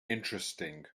interesting